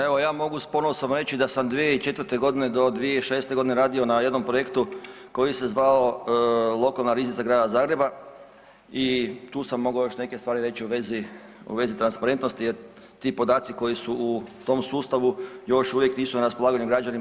Evo ja mogu sa ponosom reći da sam 2004. godine do 2006. godine radio na jednom projektu koji se zvao lokalna riznica grada Zagreba i tu sam mogao još neke stvari reći u vezi transparentnosti jer ti podaci koji su u tom sustavu još uvijek nisu na raspolaganju građanima.